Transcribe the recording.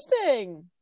Interesting